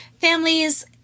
families